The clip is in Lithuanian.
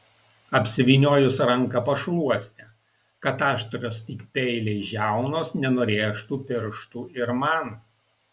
apsivyniojus ranką pašluoste kad aštrios lyg peiliai žiaunos nenurėžtų pirštų ir man